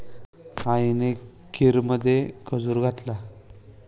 आईने खीरमध्ये खजूर घातला